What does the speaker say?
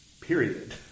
period